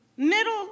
middle